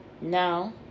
Now